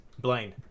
Blaine